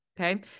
Okay